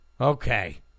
Okay